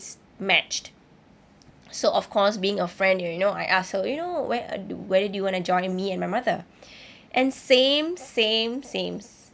matched so of course being a friend you know I ask her you know whe~ whether do you want to join me and my mother and same same same